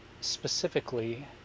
specifically